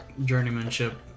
journeymanship